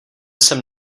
jsem